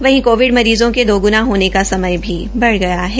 वहीं कोविड मरीज़ों के दोग्णा होने का समय भी बढ़ गया है